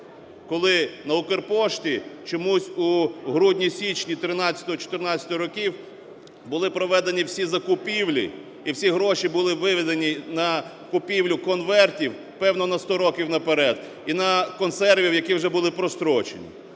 Коли на "Укрпошті" чомусь у грудні-січні 13–14-го років були проведені всі закупівлі і всі гроші були виведені на купівлю конвертів, певно, на 100 років наперед і на консерви, які вже були прострочені.